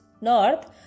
north